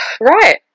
Right